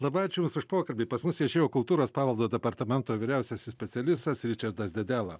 labai ačiū jus už pokalbį pas mus viešėjo kultūros paveldo departamento vyriausiasis specialistas ričardas dedėla